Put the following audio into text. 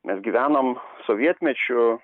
mes gyvenom sovietmečiu